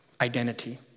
identity